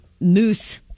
moose